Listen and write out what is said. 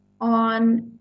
on